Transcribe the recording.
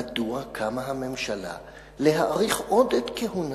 מדוע קמה הממשלה להאריך עוד את כהונתו?